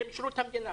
זה בשירות המדינה.